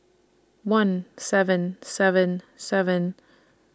one seven seven seven